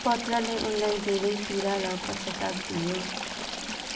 पत्रले उनलाई धेरै पीडा र पश्चात्ताप दियो